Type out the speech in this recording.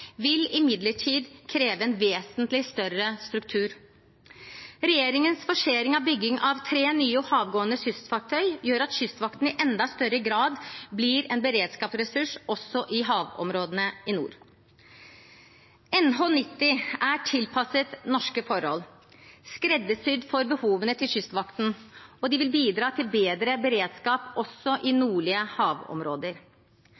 vil imidlertid kreve en vesentlig større struktur. Regjeringens forsering av bygging av tre nye havgående kystvaktfartøy gjør at Kystvakten i enda større grad blir en beredskapsressurs også i havområdene i nord. NH90 er tilpasset norske forhold, skreddersydd for behovene til Kystvakten, og de vil bidra til bedre beredskap også i